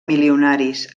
milionaris